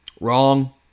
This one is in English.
Wrong